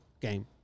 game